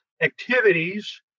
activities